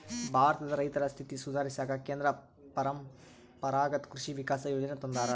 ಭಾರತದ ರೈತರ ಸ್ಥಿತಿ ಸುಧಾರಿಸಾಕ ಕೇಂದ್ರ ಪರಂಪರಾಗತ್ ಕೃಷಿ ವಿಕಾಸ ಯೋಜನೆ ತಂದಾರ